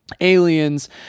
aliens